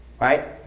Right